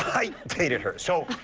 i hated her. so